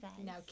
Now